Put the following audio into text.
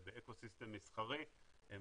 גם באקו סיסטם המסחרי הם